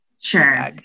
Sure